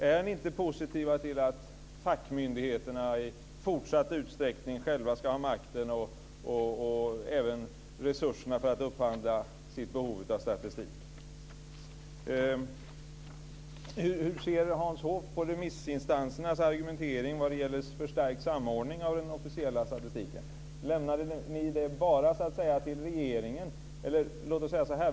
Är ni inte positiva till att fackmyndigheterna i fortsatt utsträckning själva ska ha makten och även resurserna för att upphandla sitt behov av statistik? Hur ser Hans Hoff på remissinstansernas argumentering när det gäller en förstärkt samordning av den officiella statistiken? Lämnade ni det bara till regeringen?